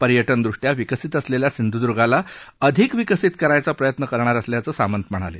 पर्यटन ृष्ट्या विकसित असलेल्या सिंधुद्र्गला अधिक विकसित करायचा प्रयत्न करणार असल्याचं सामंत म्हणाले